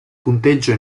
punteggio